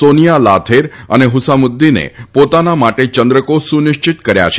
સોનિયા લાથેર અને હુસામુદ્દીને પોતાના માટે ચંદ્રકો સુનિશ્ચિત કર્યા છે